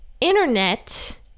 internet